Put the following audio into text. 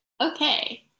Okay